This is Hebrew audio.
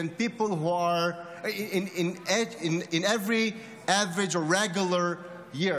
people who do so in every average regular year.